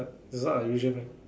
is not unusual meh